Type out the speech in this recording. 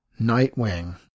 Nightwing